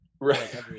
right